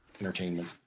entertainment